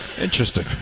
Interesting